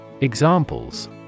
Examples